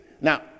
Now